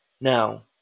Now